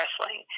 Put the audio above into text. wrestling